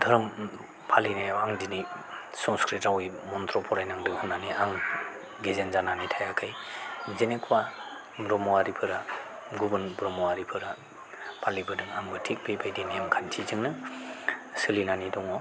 धोरोम फालिनायाव आं दिनै संस्कृत रावै मन्त्र फरायनांदों होननानै आं गेजेन जानानै थायाखै बिदिनो एखमब्ला ब्रह्मआरिफोरा गुबुन ब्रह्मआरिफोरा फालिबोदों आंबो थिख बेबायदि नेमखान्थिजोंनो सोलिनानै दङ